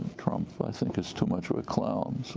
trump, i think, is too much of a clown.